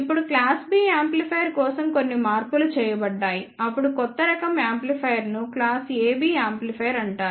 ఇప్పుడు class B amplifier కోసం కొన్ని మార్పులు చేయబడ్డాయి అప్పుడు కొత్త రకం యాంప్లిఫైయర్ను క్లాస్ AB యాంప్లిఫైయర్ అంటారు